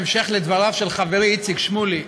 בהמשך לדבריו של חברי איציק שמולי,